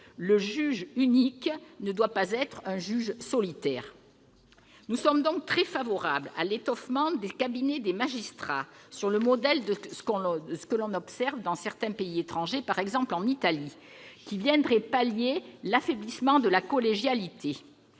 Le juge unique ne doit pas être un juge solitaire. Nous sommes donc très favorables au renforcement des cabinets des magistrats- sur le modèle de ce que l'on observe dans certains pays étrangers, par exemple en Italie -, qui viendrait pallier l'affaiblissement de la collégialité.